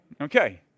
Okay